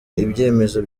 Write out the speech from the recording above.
ibyemezo